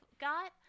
got